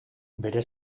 bere